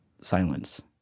silence